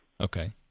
Okay